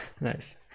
nice